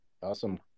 Awesome